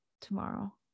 tomorrow